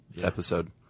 episode